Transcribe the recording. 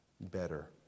better